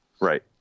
Right